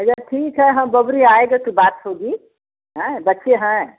अच्छा ठीक है हम बबरी आएँगे तो बात होगी हैं बच्चे हैं